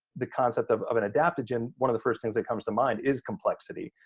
the concept of of an adaptogen, one of the first things that comes to mind is complexity.